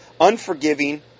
unforgiving